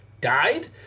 died